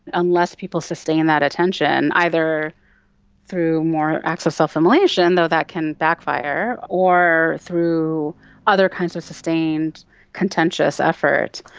unless people sustain that attention, either through more acts of self-immolation, though that can backfire, or through other kinds of sustained contentious effort,